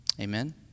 Amen